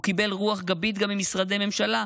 הוא קיבל רוח גבית גם ממשרדי ממשלה,